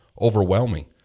overwhelming